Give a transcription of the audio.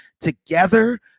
together